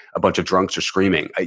a bunch of drunks are screaming.